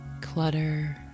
clutter